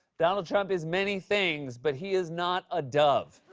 donald trump is many things, but he is not a dove.